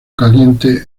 caliente